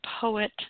poet